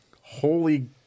holy